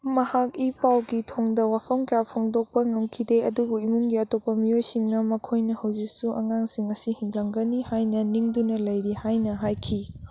ꯃꯍꯥꯛ ꯏ ꯄꯥꯎꯒꯤ ꯊꯣꯡꯗ ꯋꯥꯐꯝ ꯀꯌꯥ ꯐꯣꯡꯗꯣꯛꯄ ꯉꯝꯈꯤꯗꯦ ꯑꯗꯨꯕꯨ ꯏꯃꯨꯡꯒꯤ ꯑꯇꯣꯞꯄ ꯃꯑꯣꯏꯁꯤꯡꯅ ꯃꯈꯣꯏꯅ ꯍꯧꯖꯤꯛꯁꯨ ꯑꯉꯥꯡꯁꯤꯡ ꯑꯁꯤ ꯍꯤꯡꯂꯝꯒꯅꯤ ꯍꯥꯏꯅ ꯅꯤꯡꯗꯨꯅ ꯂꯩꯔꯤ ꯍꯥꯏꯅ ꯍꯥꯏꯈꯤ